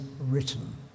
written